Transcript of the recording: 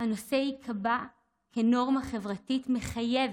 והנושא יתקבע כנורמה חברתית מחייבת,